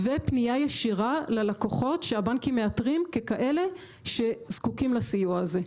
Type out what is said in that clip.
ופנייה ישירה ללקוחות שהבנקים מאתרים ככאלה שזקוקים לסיוע הזה.